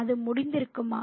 அது முடிந்திருக்குமா